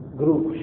group